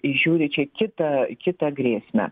įžiūri čia kitą kitą grėsmę